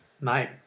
Mate